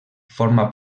forma